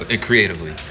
creatively